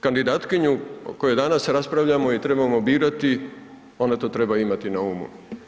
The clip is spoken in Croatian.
Kandidatkinju, o kojoj danas raspravljamo i trebamo birati, ona to treba imati na umu.